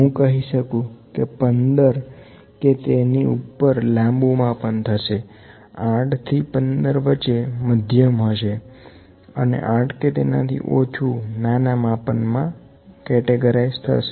હું કહી શકું કે 15 કે તેની ઉપર લાંબુ માપન થશે 8 થી 15 મધ્યમ થશે 8 કે તેનાથી ઓછું નાના માપન થશે